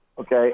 Okay